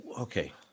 Okay